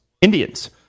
indians